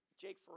Jake